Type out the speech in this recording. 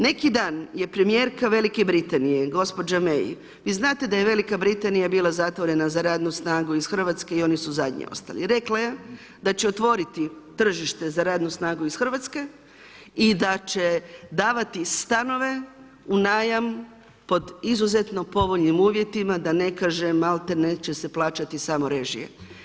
Neki dan je premijerka Velike Britanije gospođa May, vi znate da je VB bila zatvorena za radnu snagu iz Hrvatske i oni su zadnji ostali, rekla je da će otvoriti tržište za radnu snagu iz Hrvatske i da će davati stanove u najam pod izuzetno povoljnim uvjetima, da ne kažem maltene će se plaćati samo režije.